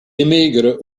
émigre